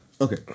Okay